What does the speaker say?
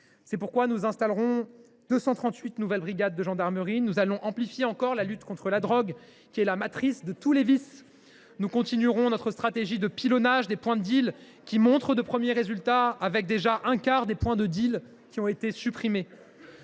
C’est pourquoi nous installerons 238 nouvelles brigades de gendarmerie. Nous allons amplifier encore notre lutte contre la drogue, qui est la matrice de tous les vices. Nous continuerons notre stratégie de pilonnage des points de deal, qui montre de premiers résultats : un quart des points de deal ont déjà été supprimés.